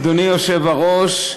אדוני היושב-ראש,